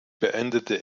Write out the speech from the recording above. beendete